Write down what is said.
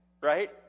right